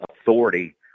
authority